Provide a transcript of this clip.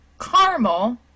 caramel